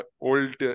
old